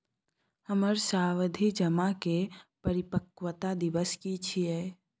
हमर सावधि जमा के परिपक्वता दिवस की छियै?